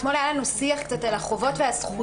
אתמול היה לנו שיח על החובות והזכויות,